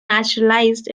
naturalized